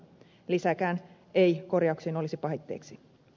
lisäkään ei korjauksiin olisi pahitteeksi